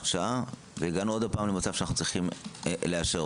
שעה והגענו שוב למצב שאנו צריכים לאשרו.